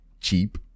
cheap